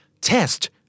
test